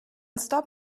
stop